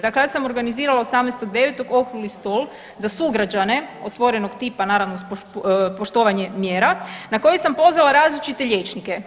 Dakle, ja sam organizirala 18.9. okrugli stol za sugrađane, otvorenog tipa, naravno uz poštovanje mjera, na koji sam pozvala različite liječnike.